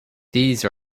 these